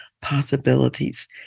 possibilities